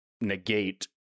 negate